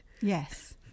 Yes